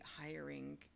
hiring